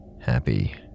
Happy